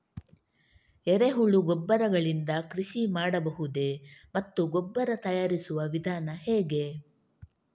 ಎರೆಹುಳು ಗೊಬ್ಬರ ಗಳಿಂದ ಕೃಷಿ ಮಾಡಬಹುದೇ ಮತ್ತು ಗೊಬ್ಬರ ತಯಾರಿಸುವ ವಿಧಾನ ಹೇಗೆ?